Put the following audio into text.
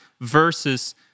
versus